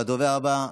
והדובר הבא,